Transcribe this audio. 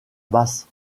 basse